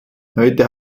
heute